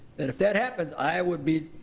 that if that happens, i would be